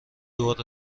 دور